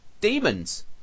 demons